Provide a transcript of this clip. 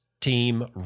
team